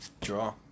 Draw